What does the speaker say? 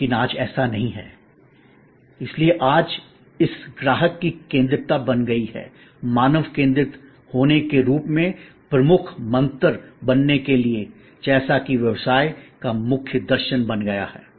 लेकिन आज ऐसा नहीं है इसलिए आज इस ग्राहक की केंद्रितता बन गई है मानव केंद्रित होने के रूप में प्रमुख मंत्र बनने के लिए जैसा कि व्यवसाय का मुख्य दर्शन बन गया है